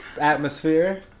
atmosphere